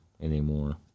anymore